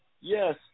Yes